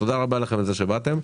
תודה רבה לכם על כך שבאתם.